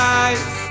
eyes